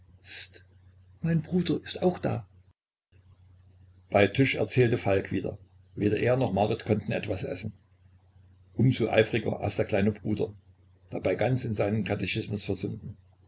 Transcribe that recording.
mein bruder ist auch da bei tisch erzählte falk wieder weder er noch marit konnte etwas essen umso eifriger aß der kleine bruder dabei ganz in seinen katechismus versunken